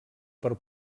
per